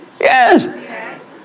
Yes